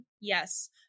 yes